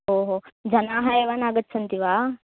ओहो जनाः एव नागच्छन्ति वा